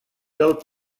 del